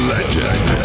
Legend